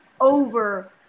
over